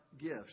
gifts